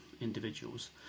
individuals